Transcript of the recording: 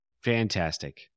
Fantastic